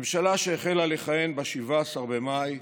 ממשלה שהחלה לכהן ב-17 במאי,